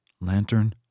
lantern